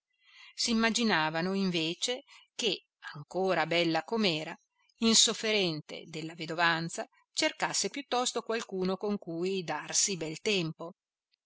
lasciato s'immaginavano invece che ancora bella com'era insofferente della vedovanza cercasse piuttosto qualcuno con cui darsi bel tempo